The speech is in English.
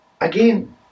Again